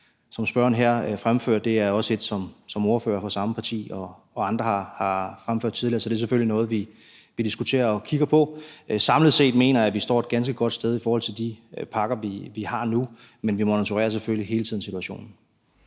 som spørgeren her fremfører; det er også et, som ordførere fra samme parti og andre har fremført tidligere. Så det er selvfølgelig noget, vi diskuterer og kigger på. Samlet set mener jeg, at vi står et ganske godt sted i forhold til de pakker, vi har nu, men vi monitorerer selvfølgelig hele tiden situationen.